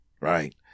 right